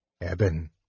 Eben